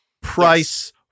price